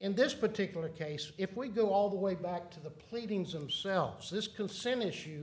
in this particular case if we go all the way back to the pleadings them selves this can same issue